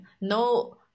no